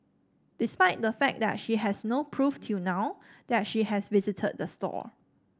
despite the fact that she has no proof till now that she has visited the store